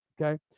okay